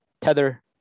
Tether